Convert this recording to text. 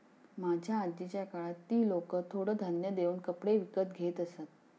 माझ्या आजीच्या काळात ती लोकं थोडं धान्य देऊन कपडे विकत घेत असत